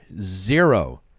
zero